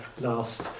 last